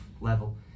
level